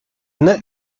net